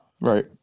Right